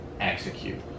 execute